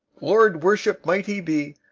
lord worshipped might he be,